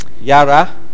Yara